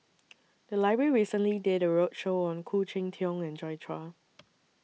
The Library recently did A roadshow on Khoo Cheng Tiong and Joi Chua